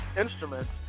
instruments